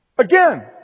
Again